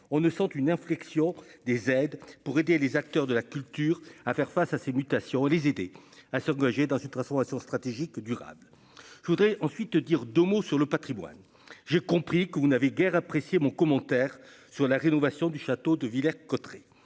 on ne sent une inflexion des aides pour aider les acteurs de la culture, à faire face à ces mutations, les aider à Soglo dans ces transformations stratégique durable je voudrais ensuite dire d'homo sur le Patrimoine, j'ai compris que vous n'avez guère apprécié mon commentaire sur la rénovation du château de Villers- Cotterêts,